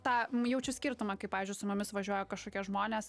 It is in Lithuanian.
tą jaučiu skirtumą kai pavyzdžiui su mumis važiuoja kažkokie žmonės